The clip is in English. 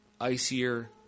icier